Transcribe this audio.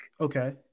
Okay